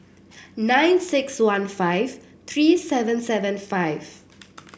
nine six one five three seven seven five